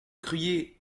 crié